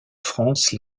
france